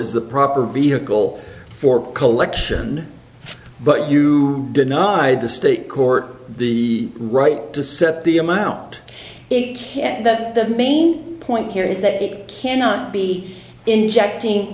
is the proper vehicle for collection but you denied the state court the right to set the amount it can't that the main point here is that it cannot be injecting